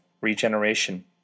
regeneration